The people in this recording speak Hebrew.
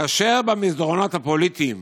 כאשר במסדרונות הפוליטיים